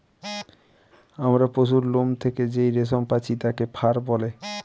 আমরা পশুর লোম থেকে যেই রেশম পাচ্ছি তাকে ফার বলে